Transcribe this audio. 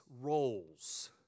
roles